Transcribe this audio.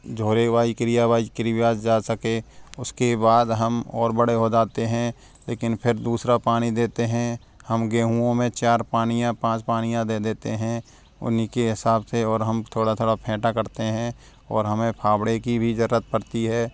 झोरेवाई क्रियावाज़ क्रिया से जा सके उसके बाद हम और बड़े हो जाते हैं लेकिन फिर दूसरा पानी देते हैं हम गेहूँ में चार पानी या पांच पानी दे देते हैं उन्हीं के हिसाब से और हम थोड़ा थोड़ा फेटा करते हैं और हमे फावड़े की भी ज़रूरत पड़ती है